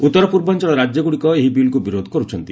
ଉତ୍ତର ପୂର୍ବାଞ୍ଚଳ ରାଜ୍ୟଗୁଡ଼ିକ ଏହି ବିଲ୍କୁ ବିରୋଧ କରୁଛନ୍ତି